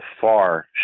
far